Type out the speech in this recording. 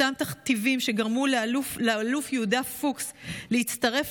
אותם תכתיבים שגרמו לאלוף יהודה פוקס להצטרף